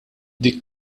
dik